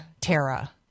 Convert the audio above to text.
Tara